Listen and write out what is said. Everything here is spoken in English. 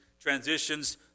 transitions